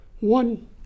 One